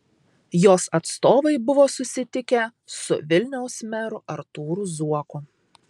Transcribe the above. jos atstovai buvo susitikę su vilniaus meru artūru zuoku